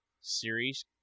series